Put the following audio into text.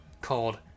called